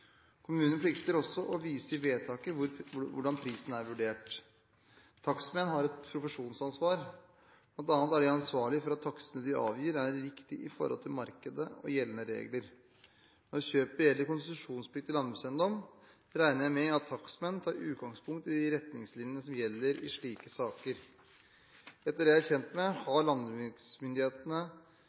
Kommunen plikter også å vise i vedtaket hvordan prisen er vurdert. Takstmenn har et profesjonsansvar, bl.a. er de ansvarlige for at takstene de avgir, er riktige i forhold til markedet og gjeldende regler. Når kjøpet gjelder konsesjonspliktig landbrukseiendom, regner jeg med at takstmenn tar utgangspunkt i de retningslinjene som gjelder i slike saker. Etter det jeg er kjent med, har